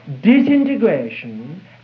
disintegration